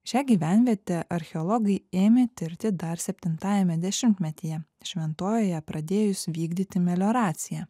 šią gyvenvietę archeologai ėmė tirti dar septintajame dešimtmetyje šventojoje pradėjus vykdyti melioraciją